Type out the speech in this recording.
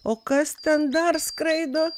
o kas ten dar skraido